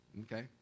Okay